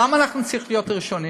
למה אנחנו צריכים להיות ראשונים?